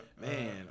Man